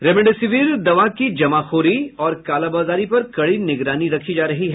remdesivir दवा की जमाखोरी और कालाबाजारी पर कडी निगरानी रखी जा रही है